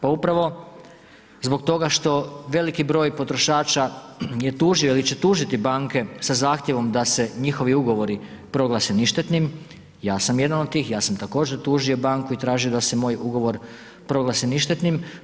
Pa upravo zbog toga što veliki broj potrošača je tužio ili će tužiti banke sa zahtjevom da se njihovi ugovori proglase ništetnim, ja sam jedna od tih, ja sam također tužio banku i tražio da se moj ugovor proglasi ništetnim.